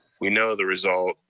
we know the result.